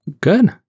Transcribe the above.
Good